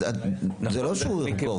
אז זה לא שהוא פה.